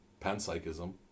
Panpsychism